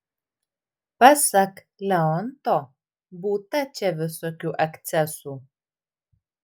pasak leonto būta čia visokių akcesų